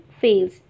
fails